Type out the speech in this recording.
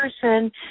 person